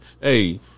hey